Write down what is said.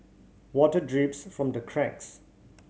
water drips from the cracks